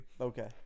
Okay